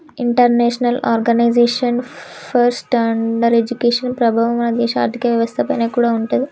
international organization for standardization ప్రభావం మన దేశ ఆర్ధిక వ్యవస్థ పైన కూడా ఉంటాది